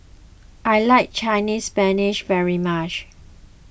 I like Chinese Spinach very much